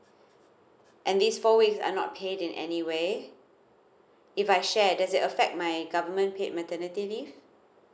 and these four weeks are not paid in any way if I share does it affect my government paid maternity leave